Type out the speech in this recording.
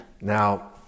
Now